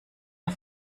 der